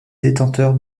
détenteurs